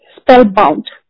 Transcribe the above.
Spellbound